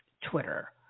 Twitter